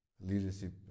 leadership